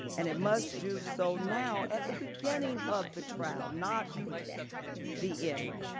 and it must do so now at the beginning of the trial, not the end.